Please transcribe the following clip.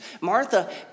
Martha